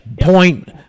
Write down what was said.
point